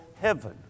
heaven